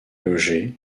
logé